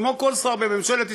כמו כל שר בממשלת ישראל,